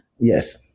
Yes